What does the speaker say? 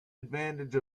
advantage